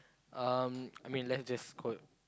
um I mean let's just call